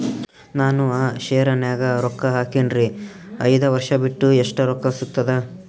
ನಾನು ಆ ಶೇರ ನ್ಯಾಗ ರೊಕ್ಕ ಹಾಕಿನ್ರಿ, ಐದ ವರ್ಷ ಬಿಟ್ಟು ಎಷ್ಟ ರೊಕ್ಕ ಸಿಗ್ತದ?